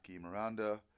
Miranda